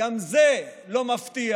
גם זה לא מפתיע.